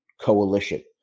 coalition